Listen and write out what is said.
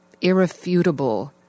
irrefutable